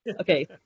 okay